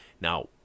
Now